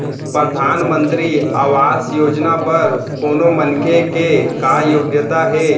परधानमंतरी आवास योजना बर कोनो मनखे के का योग्यता हे?